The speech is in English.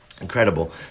Incredible